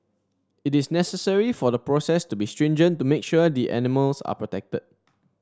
it is necessary for the process to be stringent to make sure the animals are protected